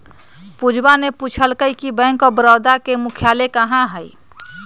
पूजवा ने पूछल कई कि बैंक ऑफ बड़ौदा के मुख्यालय कहाँ हई?